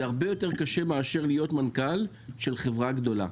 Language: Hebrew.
זה הרבה יותר קשה מאשר להיות מנכ"ל של חברה גדולה.